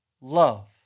love